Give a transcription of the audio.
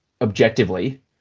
objectively